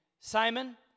Simon